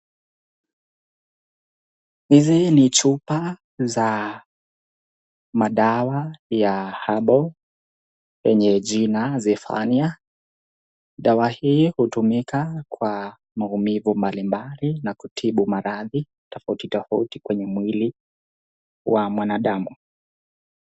Hizi ni chupa za madawa ya herbal yenye jina Zephenia dawa hii hutumika kwa maumivu mbalimbali na kutibu maradhi tofautitofauti kwenye mwili wa mwanadamu.